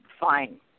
fine